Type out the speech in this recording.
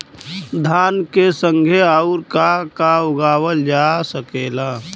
धान के संगे आऊर का का उगावल जा सकेला?